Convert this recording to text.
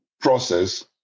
process